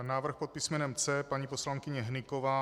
Návrh pod písmenem C, paní poslankyně Hnyková.